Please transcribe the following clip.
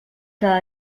que